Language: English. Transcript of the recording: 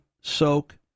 soak